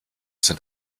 sind